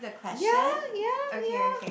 ya ya ya